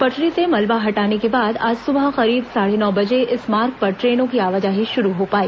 पटरी से मलबा हटाने के बाद आज सुबह करीब साढ़े नौ बजे इस मार्ग पर ट्रेनों की आवाजाही शुरू हो पाई